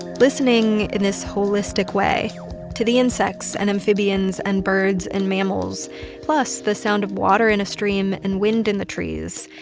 listening in this holistic way to the insects and amphibians and birds and mammals plus the sound of water in a stream and wind in the trees,